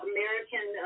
American